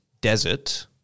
desert